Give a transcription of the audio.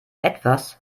etwas